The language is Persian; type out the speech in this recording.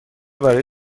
برای